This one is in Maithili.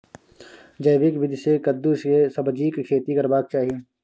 जैविक विधी से कद्दु के सब्जीक खेती करबाक चाही?